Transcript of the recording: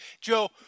Joe